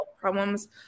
problems